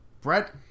Brett